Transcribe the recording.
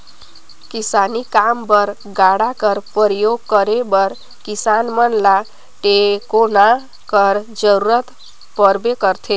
किसानी काम बर गाड़ा कर परियोग करे बर किसान मन ल टेकोना कर जरूरत परबे करथे